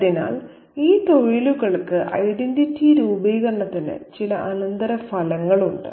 അതിനാൽ ഈ തൊഴിലുകൾക്ക് ഐഡന്റിറ്റി രൂപീകരണത്തിന് ചില അനന്തരഫലങ്ങളുണ്ട്